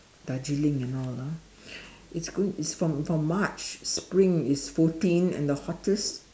Darjeeling and all ah it's going it's for for March spring is fourteen and the hottest